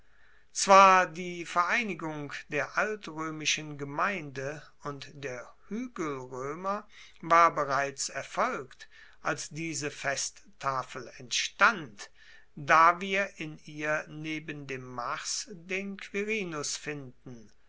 zwar die vereinigung der altroemischen gemeinde und der huegelroemer war bereits erfolgt als diese festtafel entstand da wir in ihr neben dem mars den quirinus finden